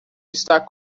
está